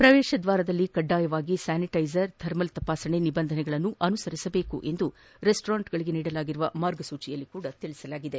ಪ್ರವೇಶದ್ಲಾರದಲ್ಲಿ ಕಡ್ಡಾಯವಾಗಿ sanitizer thermal ತಪಾಸಣೆ ನಿಬಂಧನೆಗಳನ್ನು ಅನುಸರಿಸಬೇಕು ಎಂದು ರೆಸ್ನೋರೆಂಟ್ಗಳಿಗೆ ನೀಡಲಾದ ಮಾರ್ಗಸೂಚಿಗಳಲ್ಲಿ ತಿಳಿಸಲಾಗಿದೆ